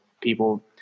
people